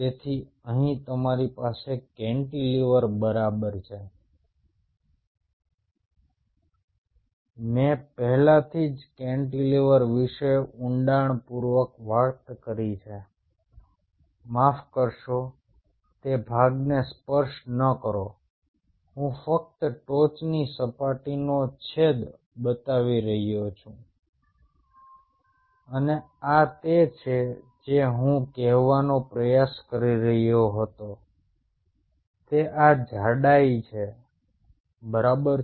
તેથી અહીં તમારી પાસે કેન્ટિલિવર બરાબર છે મેં પહેલાથી જ કેન્ટિલીવર વિશે ઊંડાણપૂર્વક વાત કરી છે માફ કરશો તે ભાગને સ્પર્શ ન કરો હું ફક્ત ટોચની સપાટીનો છેદ બતાવી રહ્યો છું અને આ તે છે જે હું કહેવાનો પ્રયાસ કરી રહ્યો હતો તે આ જાડાઈ છે બરાબર છે